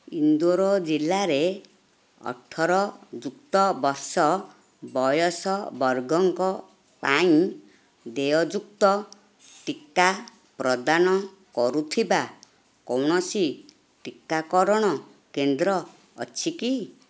ଇନ୍ଦୋର ଜିଲ୍ଲାରେ ଅଠର ଯୁକ୍ତ ବର୍ଷ ବୟସ ବର୍ଗଙ୍କ ପାଇଁ ଦେୟଯୁକ୍ତ ଟିକା ପ୍ରଦାନ କରୁଥିବା କୌଣସି ଟିକାକରଣ କେନ୍ଦ୍ର ଅଛି କି